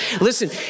Listen